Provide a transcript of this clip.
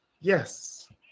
yes